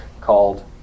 called